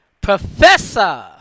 Professor